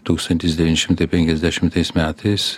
tūkstantis devyni šimtai penkiasdešimtais metais